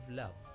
love